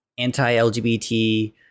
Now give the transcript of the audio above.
anti-LGBT